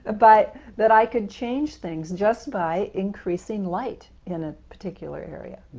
ah but that i could change things just by increasing light in a particular area.